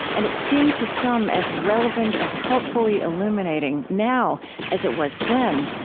and it seemed to some as relevant and helpfully illuminating now as it was then,